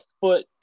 foot